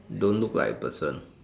don't look like a person